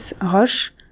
Roche